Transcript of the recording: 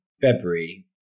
February